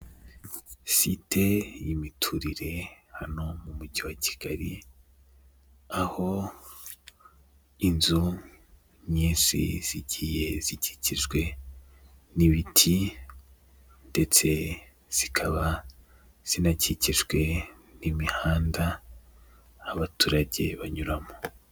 Site y'imiturire hano mu mujyi wa kigali ,aho inzu nyinshi zigiye zikikijwe n'ibiti ndetse zikaba zinakikijwe n'imihanda abaturage banyuramo.